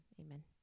amen